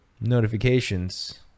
notifications